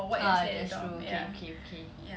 ah that's true okay okay okay